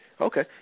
Okay